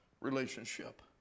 relationship